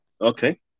Okay